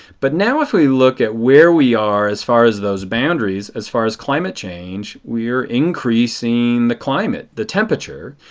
but now if we look at where we are as far as those boundaries, as far as climate change, we are increasing the climate, the temperature.